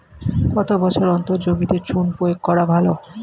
কত বছর অন্তর জমিতে চুন প্রয়োগ করা ভালো?